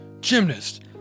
gymnast